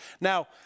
Now